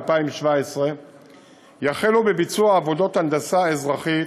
ב-2017 יחלו בביצוע עבודות הנדסה אזרחית